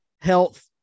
health